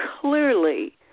clearly